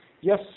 yes